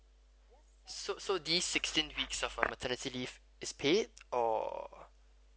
so so this sixteen weeks of maternity leave is paid or